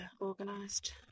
organised